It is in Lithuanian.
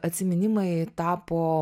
atsiminimai tapo